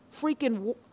freaking